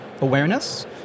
awareness